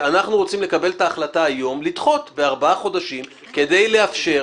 אנחנו רוצים לקבל את ההחלטה היום לדחות בארבעה חודשים כדי לאפשר